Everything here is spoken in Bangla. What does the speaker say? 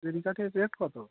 জিরেকাঠির রেট কত